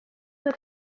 that